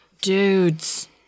Dudes